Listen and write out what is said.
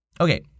Okay